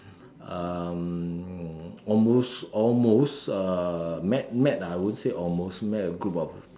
um almost almost uh met met I wouldn't say almost met a group of